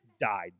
Died